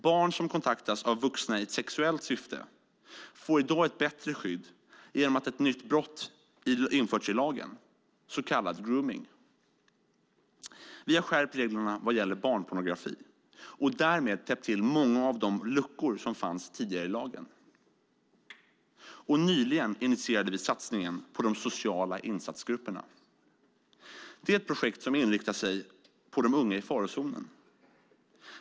Barn som kontaktas av vuxna i ett sexuellt syfte får i dag ett bättre skydd genom att ett nytt brott införts i lagen, så kallad gromning. Vi har också skärpt reglerna vad gäller barnpornografi och därmed täppt till många av de luckor som tidigare fanns i lagen. Nyligen initierade vi satsningen på de sociala insatsgrupperna. Det är ett projekt som inriktas på unga i farozonen.